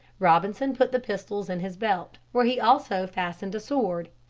robinson put the pistols in his belt, where he also fastened a sword.